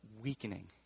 weakening